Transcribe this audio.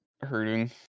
hurting